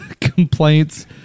complaints